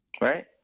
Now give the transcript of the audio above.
Right